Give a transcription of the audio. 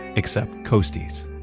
except costis.